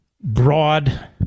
broad